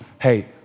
hey